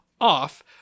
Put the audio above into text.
off